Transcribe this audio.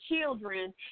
children